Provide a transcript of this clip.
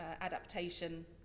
adaptation